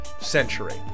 century